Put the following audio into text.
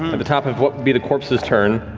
um at the top of what would be the corpse's turn.